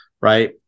right